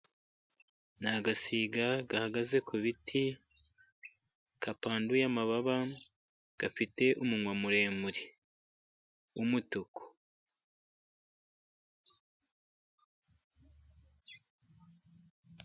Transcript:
Ni agasiga gahagaze ku biti gapanduye amababa gafite umunwa muremure w'umutuku.